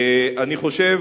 אני חושב